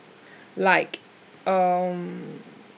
like um